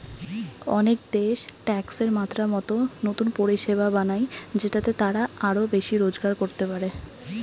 অনেক দেশ ট্যাক্সের মাত্রা মতো নতুন পরিষেবা বানায় যেটাতে তারা আরো বেশি রোজগার করতে পারে